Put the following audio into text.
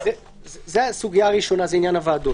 מה שחשבנו לעגן בתקנות.